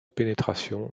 pénétration